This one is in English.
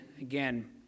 again